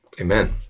Amen